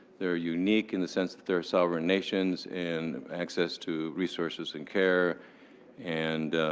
they're unique in the sense that they're sovereign nations. and access to resources and care and